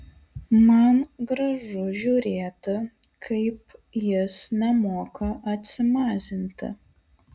man gražu žiūrėti kaip jis nemoka atsimazinti